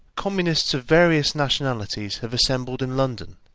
communists of various nationalities have assembled in london,